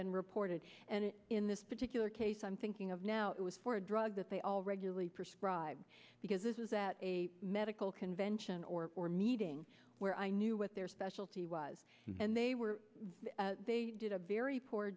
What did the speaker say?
then reported and in this particular case i'm thinking of now it was for a drug that they all regularly prescribe because this is at a medical convention or or meeting where i knew what their specialty was and they were they did a very poor